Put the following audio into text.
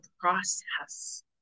process